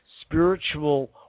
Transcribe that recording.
spiritual